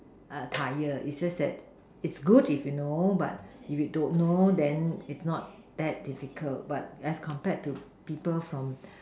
err Tyre its just that its good if you know but if you don't know then its not that difficult but as compared to people from